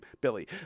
Billy